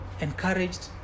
encouraged